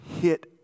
hit